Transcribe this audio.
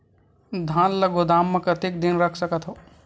धान ल गोदाम म कतेक दिन रख सकथव?